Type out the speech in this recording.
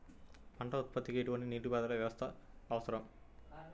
పంట ఉత్పత్తికి ఎటువంటి నీటిపారుదల వ్యవస్థ అవసరం?